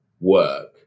work